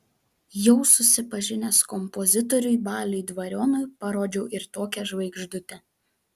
jau susipažinęs kompozitoriui baliui dvarionui parodžiau ir tokią žvaigždutę